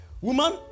Woman